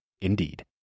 Indeed